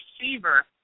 receiver